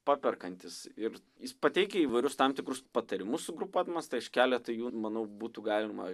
paperkantis ir jis pateikia įvairius tam tikrus patarimus sugrupuodamas tai aš keletą jų manau būtų galima